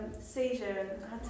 seizure